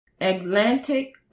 Atlantic